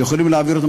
שיכולים להעביר אותם,